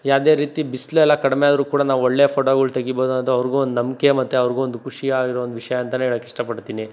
ಯಾವುದೇ ರೀತಿ ಬಿಸಿಲೆಲ್ಲ ಕಡಿಮೆ ಆದರು ಕೂಡ ನಾವು ಒಳ್ಳೇ ಫೋಟೋಗಳ್ ತೆಗಿಬೋದಂಥ ಅವ್ರಿಗೂ ಒಂದು ನಂಬಿಕೆ ಮತ್ತು ಅವ್ರಿಗೂ ಒಂದು ಖುಷಿಯಾಗಿರೋ ಒಂದು ವಿಷಯ ಅಂತ ಹೇಳಕ್ ಇಷ್ಟಪಡ್ತಿನಿ